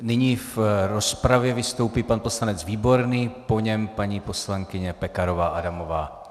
Nyní v rozpravě vystoupí pan poslanec Výborný, po něm paní poslankyně Pekarová Adamová.